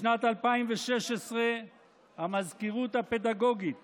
בשנת 2016 המזכירות הפדגוגית